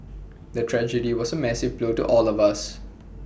the tragedy was A massive blow to all of us